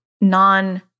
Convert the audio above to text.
non